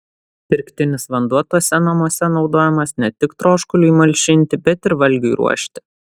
pirktinis vanduo tuose namuose naudojamas ne tik troškuliui malšinti bet ir valgiui ruošti